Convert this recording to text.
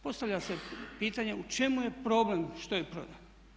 Postavlja se pitanje u čemu je problem što je prodano.